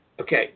Okay